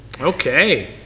okay